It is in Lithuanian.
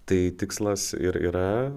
tai tikslas ir yra